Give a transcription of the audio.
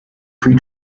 free